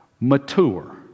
mature